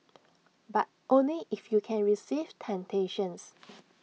but only if you can resist temptations